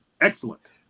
Excellent